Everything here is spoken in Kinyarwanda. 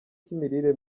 cy’imirire